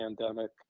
pandemic